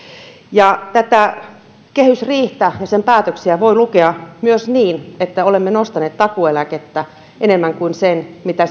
ja kehysriihtä ja sen päätöksiä voi lukea myös niin että olemme nostaneet takuueläkettä enemmän kuin sen mitä